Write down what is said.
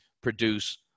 produce